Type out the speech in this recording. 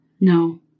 No